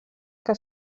que